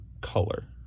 color